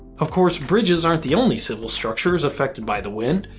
of course, bridges aren't the only civil structures affected by the wind.